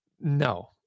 no